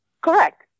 Correct